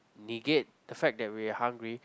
negate the fact that we are hungry